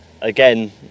Again